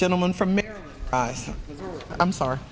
gentleman from i'm sorry